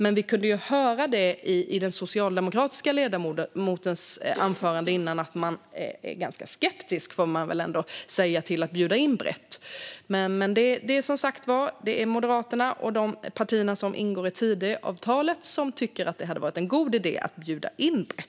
Men vi kunde i den socialdemokratiska ledamotens anförande tidigare höra att man där är ganska skeptisk till att bjuda in brett. Men, som sagt, Moderaterna och de partier som ingår i Tidöavtalet tycker att det hade varit en god idé att bjuda in brett.